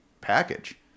package